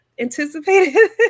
anticipated